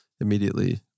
immediately